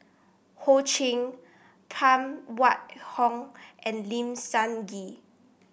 Ho Ching Phan Wait Hong and Lim Sun Gee